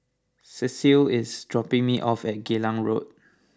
Cecile is dropping me off at Geylang Road